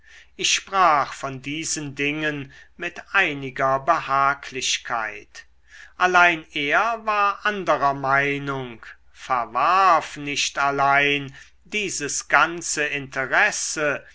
ich sprach von diesen dingen mit einiger behaglichkeit allein er war anderer meinung verwarf nicht allein dieses ganze interesse